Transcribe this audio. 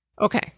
Okay